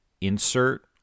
insert